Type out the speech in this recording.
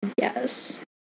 Yes